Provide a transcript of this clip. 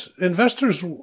investors